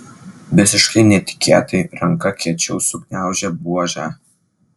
visiškai netikėtai ranka kiečiau sugniaužė buožę